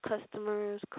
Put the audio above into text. customers